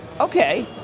Okay